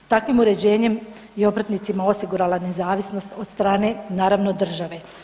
Takvim uređenjem je obrtnicima osigurala nezavisnost od strane, naravno, države.